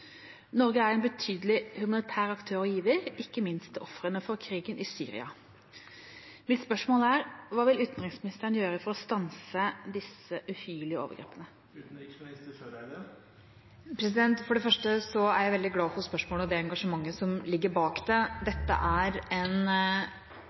Norge er en betydelig humanitær aktør og giver, ikke minst til ofrene for krigen i Syria. Hva vil utenriksministeren gjøre for å få stanset disse uhyrlige overgrepene?» For det første er jeg veldig glad for spørsmålet og det engasjementet som ligger bak det.